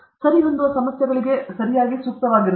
ಆದ್ದರಿಂದ ಸರಿಹೊಂದುವ ಸಮಸ್ಯೆಗಳಿಗೆ ಸರಿಯಾಗಿ ಸೂಕ್ತವಾಗಿರುತ್ತದೆ